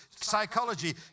psychology